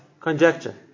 Conjecture